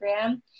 Instagram